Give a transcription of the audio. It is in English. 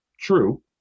true